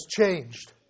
changed